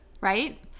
right